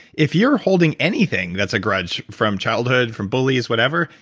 if you're holding anything that's a grudge from childhood, from bullies, whatever,